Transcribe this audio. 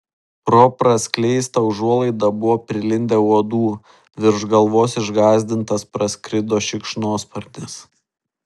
pro praskleistą užuolaidą buvo prilindę uodų virš galvos išgąsdintas praskrido šikšnosparnis